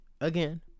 Again